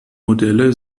modelle